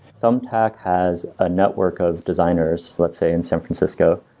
thumbtack has a network of designers, let's say in san francisco,